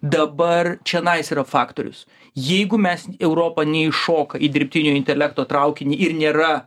dabar čionais faktorius jeigu mes europa neįšoka į dirbtinio intelekto traukinį ir nėra